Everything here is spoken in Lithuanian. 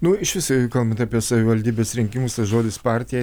nu išvis kalbant apie savivaldybės rinkimus tas žodis partija